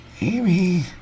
Amy